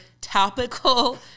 topical